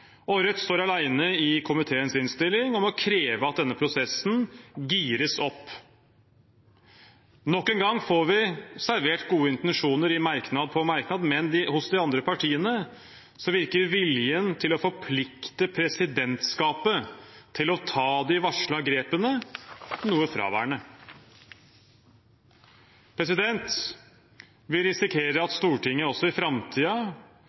og Rødt står alene i komiteens innstilling om å kreve at denne prosessen gires opp. Nok en gang får vi servert gode intensjoner i merknad på merknad, men hos de andre partiene virker viljen til å forplikte presidentskapet til å ta de varslede grepene, noe fraværende. Vi risikerer at Stortinget også i